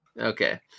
Okay